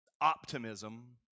optimism